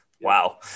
Wow